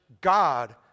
God